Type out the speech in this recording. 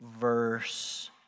verse